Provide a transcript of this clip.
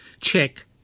Check